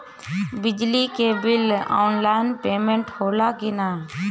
बिजली के bill online payment होला कि ना?